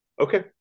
Okay